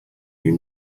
you